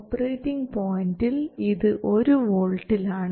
operating പോയിന്റിൽ ഇത് ഒരു വോൾട്ടിൽ ആണ്